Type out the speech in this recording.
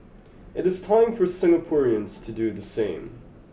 it is time for Singaporeans to do the same